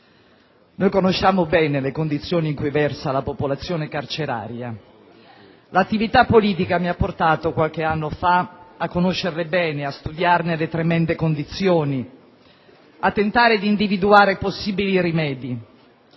Noi conosciamo bene le condizioni in cui versa la popolazione carceraria. L'attività politica mi ha portato qualche anno fa a conoscerla bene, a studiarne le tremende condizioni, a tentare di individuare possibili rimedi,